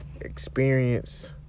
experience